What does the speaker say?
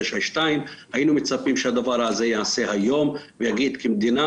היינו מצפים שהדבר הזה ייעשה היום ויגיד: כמדינה